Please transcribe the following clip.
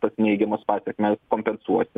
tas neigiamas pasekmes kompensuoti